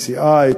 ECI,